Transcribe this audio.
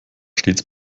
stets